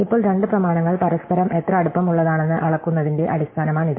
ഇപ്പോൾ രണ്ട് പ്രമാണങ്ങൾ പരസ്പരം എത്ര അടുപ്പമുള്ളതാണെന്ന് അളക്കുന്നതിന്റെ അടിസ്ഥാനമാണിത്